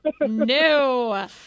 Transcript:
No